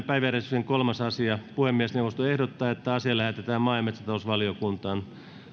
päiväjärjestyksen kolmas asia puhemiesneuvosto ehdottaa että asia lähetetään maa ja metsätalousvaliokuntaan